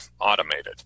automated